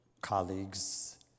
colleagues